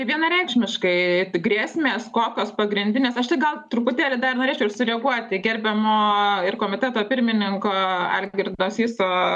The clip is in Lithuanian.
vienareikšmiškai grėsmės kokios pagrindinės aš čia gal truputėlį dar norėčiau ir sureaguot į gerbiamo ir komiteto pirmininko algirdo syso